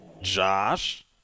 Josh